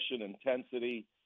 intensity